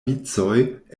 vicoj